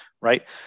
right